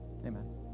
amen